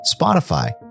Spotify